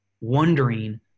wondering